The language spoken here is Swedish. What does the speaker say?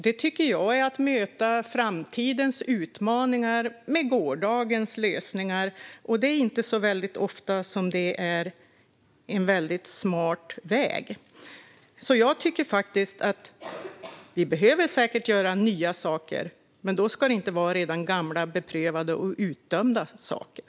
Det är att möta framtidens utmaningar med gårdagens lösningar. Det är inte särskilt ofta det är en smart väg. Vi behöver säkert göra nya saker. Men då ska det inte vara gamla, redan beprövade och utdömda saker.